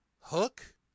Hook